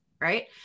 right